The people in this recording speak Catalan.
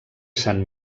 sant